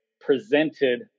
presented